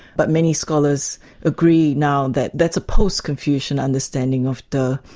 but many scholars agree now that that's a post-confucian understanding of de.